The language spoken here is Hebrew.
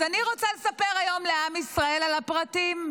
אז אני רוצה לספר היום לעם ישראל על הפרטים.